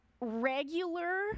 regular